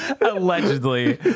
Allegedly